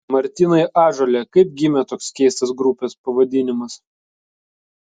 martynai ąžuole kaip gimė toks keistas grupės pavadinimas